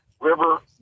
river